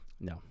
No